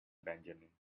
benjamin